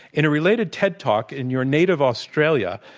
in a related ted talk in your native australia,